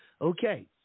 Okay